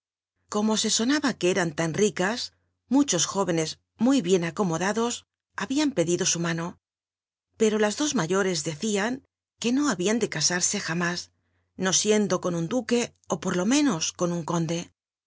como se sonaba que eran tan ricas muchos jóvenes muy bien acomodados habían pctlido su mano pero la do mayoi'c decían que no habían de casarse jamits no siendo con un duque ó por lo ménos con un conde